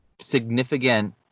significant